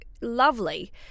lovely